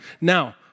Now